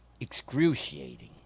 excruciating